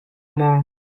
maw